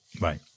Right